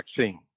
vaccine